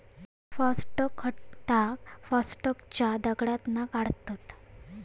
phosphate खतांका फॉस्फेटच्या दगडातना काढतत